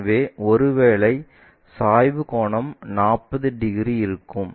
எனவே ஒருவேளை சாய்வு கோணம் 40 டிகிரி இருக்கும்